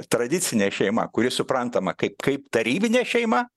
tradicinė šeima kuri suprantama kaip kaip tarybinė šeima